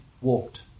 walked